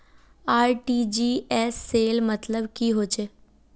RTGS सेल मतलब की होचए?